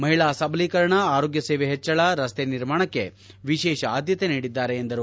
ಮಹಿಳಾ ಸಬಲೀಕರಣ ಆರೋಗ್ಯ ಸೇವೆ ಹೆಚ್ಚಳ ರಸ್ತೆ ನಿರ್ಮಾಣಕ್ಕೆ ವಿಶೇಷ ಆದ್ಯತೆ ನೀಡಿದ್ದಾರೆ ಎಂದರು